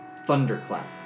thunderclap